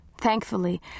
Thankfully